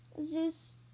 Zeus